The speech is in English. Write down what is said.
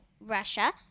Russia